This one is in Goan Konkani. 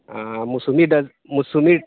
आं मोसुंबी डज मोसुंबी